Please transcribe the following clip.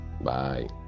Bye